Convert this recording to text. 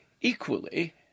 Equally